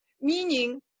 Meaning